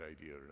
idea